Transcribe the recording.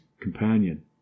companion